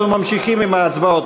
ממש לא.